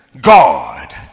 God